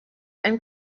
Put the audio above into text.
and